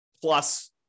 plus